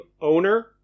owner